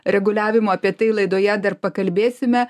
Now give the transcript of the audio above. reguliavimo apie tai laidoje dar pakalbėsime